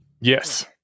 Yes